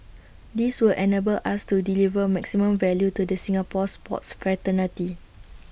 this will enable us to deliver maximum value to the Singapore sports fraternity